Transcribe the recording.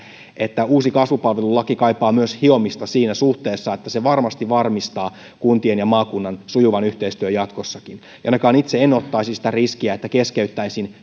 että uusi kasvupalvelulaki kaipaa hiomista siinä suhteessa että se varmasti varmistaa kuntien ja maakunnan sujuvan yhteistyön jatkossakin ainakaan itse en ottaisi sitä riskiä että käytännössä keskeyttäisin